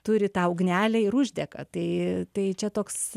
turi tą ugnelę ir uždega tai tai čia toks